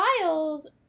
files